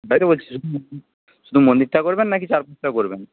তাইতো বলছি শুধু মন্দিরটা করবেন নাকি চারপাশটাও করবেন